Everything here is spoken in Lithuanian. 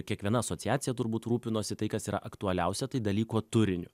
kiekviena asociacija turbūt rūpinosi tai kas yra aktualiausia tai dalyko turiniu